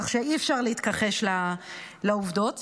כך שאי-אפשר להתכחש לעובדות,